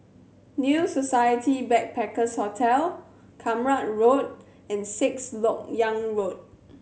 New Society Backpackers Hotel Kramat Road and Sixth Lok Yang Road